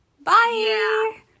Bye